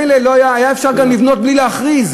מילא היה אפשר גם לבנות בלי להכריז.